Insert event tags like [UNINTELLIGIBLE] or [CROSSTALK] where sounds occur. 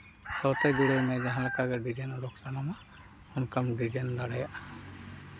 [UNINTELLIGIBLE] ᱡᱟᱦᱟᱸ ᱞᱮᱠᱟ ᱰᱤᱡᱟᱭᱤᱱ ᱩᱰᱩᱠ ᱥᱟᱱᱟᱢᱟ ᱚᱱᱠᱟᱢ ᱰᱤᱡᱟᱭᱤᱱ ᱫᱟᱲᱮᱭᱟᱜᱼᱟ